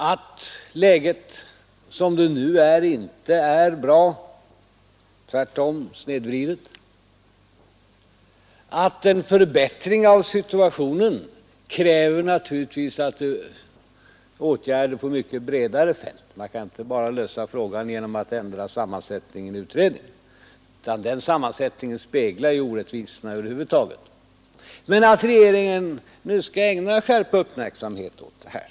Förhållandena just nu är inte bra utan tvärtom snedvridna, och en förbättring av situationen kräver naturligtvis åtgärder på mycket breda fält. Man kan inte lösa frågan bara genom att ändra sammansättningen i olika utredningar därför att den sammansättningen speglar orättvisorna över huvud taget. Men jag sade i mitt svar att regeringen nu med skärpa skall ägna uppmärksamhet åt det här.